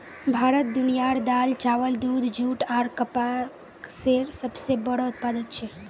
भारत दुनियार दाल, चावल, दूध, जुट आर कपसेर सबसे बोड़ो उत्पादक छे